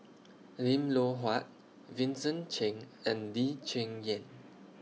Lim Loh Huat Vincent Cheng and Lee Cheng Yan